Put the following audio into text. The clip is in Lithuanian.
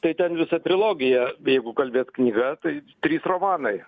tai ten visa trilogija jeigu kalbėt knyga tai trys romanai